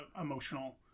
emotional